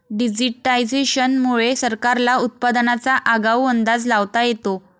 digitisation मुळे सरकारला उत्पादनाचा आगाऊ अंदाज लावता येतो